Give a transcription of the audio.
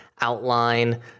outline